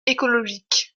écologiques